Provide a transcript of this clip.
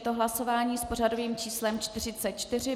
Je to hlasování s pořadovým číslem 44.